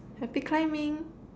happy climbing